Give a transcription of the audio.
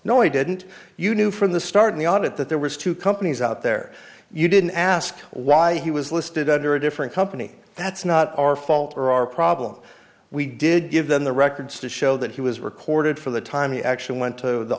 no i didn't you knew from the start of the audit that there was two companies out there you didn't ask why he was listed under a different company that's not our fault or our problem we did give them the records to show that he was recorded for the time he actually went to the